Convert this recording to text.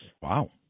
Wow